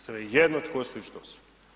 Svejedno tko su i što su.